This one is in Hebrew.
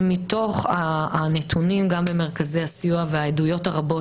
מתוך הנתונים גם במרכזי הסיוע והעדויות הרבות